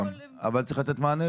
אבל צריך לתת מענה גם לזה, בוודאי.